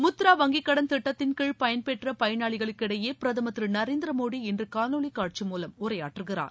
முத்ரா வங்கிக் கடன் திட்டத்தின்கீழ் பயன்பெற்ற பயனாளிகளிடையே பிரதமர் திரு நரேந்திர மோடி இன்று காணொலிக் காட்சி மூலம் உரையாற்றுகிறார்